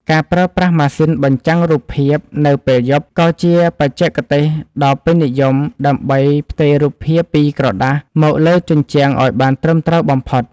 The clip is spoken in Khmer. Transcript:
ការប្រើប្រាស់ម៉ាស៊ីនបញ្ចាំងរូបភាព នៅពេលយប់ ក៏ជាបច្ចេកទេសដ៏ពេញនិយមដើម្បីផ្ទេររូបភាពពីក្រដាសមកលើជញ្ជាំងឱ្យបានត្រឹមត្រូវបំផុត។